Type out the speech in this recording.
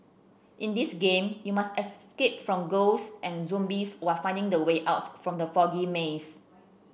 in this game you must escape from ghosts and zombies while finding the way out from the foggy maze